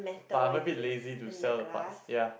but I'm a bit lazy to sell the parts ya